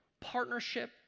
partnership